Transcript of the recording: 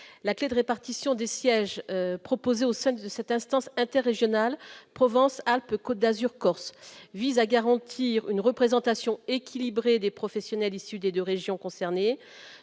la clé de répartition des sièges proposés au sein de cette instance inter-régional Provence Alpes Côte d'Azur, Corse, vise à garantir une représentation équilibrée des professionnels issus des 2 régions concernées,